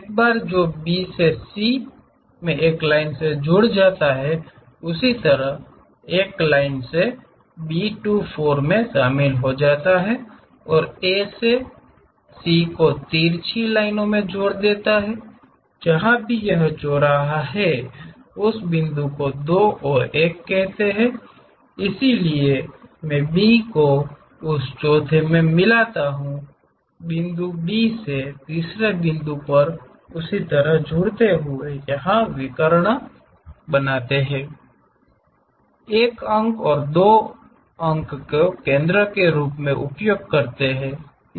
एक बार जो B से C में एक लाइन से जुड़ जाता है उसी तरह एक लाइन से B 2 4 में शामिल हो जाता है और A से C को तिरछे लाइन में जोड़ देता है जहां भी यह चौराहा हो रहा है उस बिंदु को 2 और 1 कहते हैं इसलिए मैं B को उस चौथे में मिलाता हूं बिंदु B से तीसरे बिंदु पर उसी तरह जुड़ते हैं जहां यह विकर्ण कॉल को 1 अंक और 2 को केंद्र के रूप में उपयोग करता है